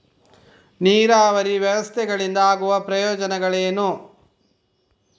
ನೀರಾವರಿ ವ್ಯವಸ್ಥೆಗಳಿಂದ ಆಗುವ ಪ್ರಯೋಜನಗಳೇನು?